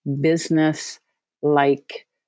business-like